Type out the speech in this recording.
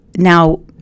Now